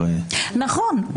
נכון,